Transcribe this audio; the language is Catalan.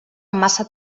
massa